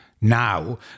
now